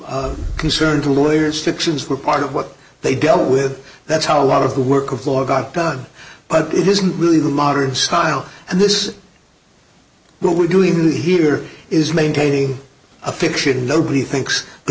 the concern to lawyers fictions were part of what they dealt with that's how a lot of the work of lore got done but it isn't really the modern style and this what we're doing here is maintaining a fiction nobody thinks the